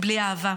בלי אהבה,